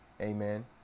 amen